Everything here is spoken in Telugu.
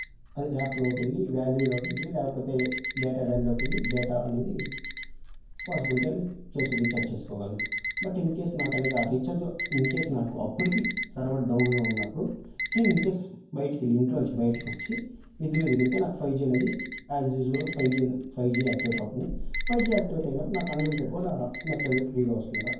అదే యాప్లోకి వెళ్ళి వాల్యూలోకి వెళ్ళి లేకపోతే డేటా అడైన్లోకి వెళ్ళి డేటా అనేది పాజిబిలిటీ అనే చేసు రీఛార్జ్ చేసుకోగలను బట్ ఇన్కేస్ నాకు అనేది ఆ రీఛార్జ్ ఇన్కేేస్ నాకు అప్పటికీ సర్వర్ డౌన్లో ఉన్నప్పుడు నేను ఇన్కేేస్ బయటికి వెళ్ళి ఇంట్లో నుంచి బయటికి వచ్చి మిద్ది మీదకి వెళ్తే నాకు ఫైవ్ జీ అనేది as usual five G five G activate అవుతుంది ఫైవ్ జీ యాక్టివేట్ అయినప్పుడు నాకు అన్లిమిటెడ్ కూడా నెట్ అనేది ఫ్రీగా వస్తుంది